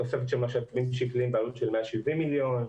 תוספת של משאבים בעלות של 170 מיליון שקלים.